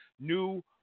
new